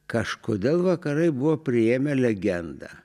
kažkodėl vakarai buvo priėmę legendą